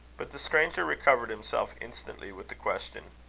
but the stranger recovered himself instantly with the question